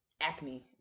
acne